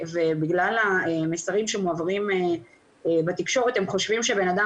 ובגלל המסרים שמועברים בתקשורת הם חושבים שאדם